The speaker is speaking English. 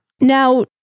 Now